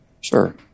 Sure